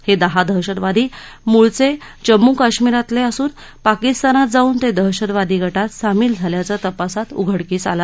हे दहा दहशतवादी मूळचे जम्मू कश्मिरातले असून पाकिस्तानात जाऊन ते दहशतवादी गटात सामील झाल्याचं तपासात उघडकीस आलं